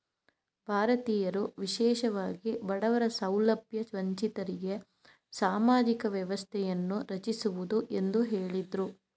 ಭಾರತೀಯರು ವಿಶೇಷವಾಗಿ ಬಡವರ ಸೌಲಭ್ಯ ವಂಚಿತರಿಗೆ ಸಾಮಾಜಿಕ ವ್ಯವಸ್ಥೆಯನ್ನು ರಚಿಸುವುದು ಎಂದು ಹೇಳಿದ್ರು